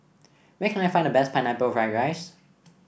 where can I find the best Pineapple Fried Rice